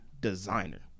designer